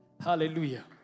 Hallelujah